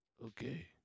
Okay